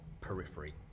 periphery